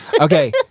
Okay